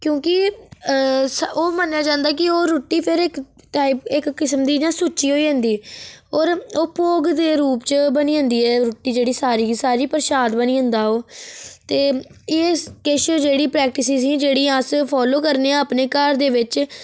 क्योंकि ओह् मन्नेआ जंदा कि ओह् रूट्टी फिर इक टाइप इक किस्म दी सुच्ची होई जंदी और ओह् भोग दे रूप च बनी जंदी एह् रूट्टी जेह्ड़ी सारें गी सारी प्रसाद बनी जंदा ओह् ते एह् किश जेह्ड़ी प्रैक्टिसस ही जेह्ड़ी अस फॉलो करने आं अपने घर दे बिच